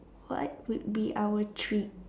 what would be our treat